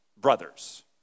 brothers